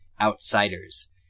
outsiders